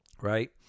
right